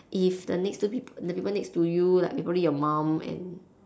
if the next two people the people next to you like probably your mum and